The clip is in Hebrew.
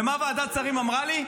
ומה ועדת השרים אמרה לי?